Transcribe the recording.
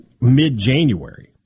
mid-January